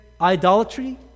idolatry